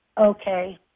Okay